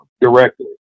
directly